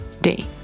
day